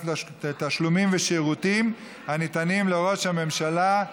לתשלומים ושירותים הניתנים לראש הממשלה).